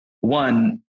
one